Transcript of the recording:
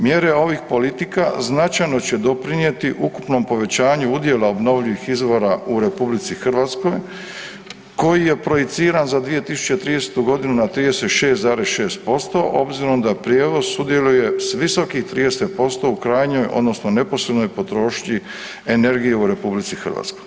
Mjere ovih politika značajno će doprinijeti ukupnom povećanju udjela obnovljivih izvora u RH, koji je projiciran za 2030. g. na 36,6% obzirom da prijevoz sudjeluje s visokih 30% u krajnjoj, odnosno neposrednoj potrošnji energije u RH.